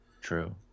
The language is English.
true